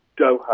Doha